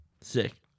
Sick